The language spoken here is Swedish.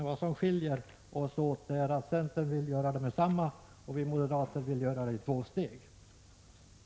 Vad som skiljer oss åt är att centern vill göra det med detsamma medan vi moderater vill göra det i två steg.